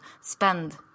spend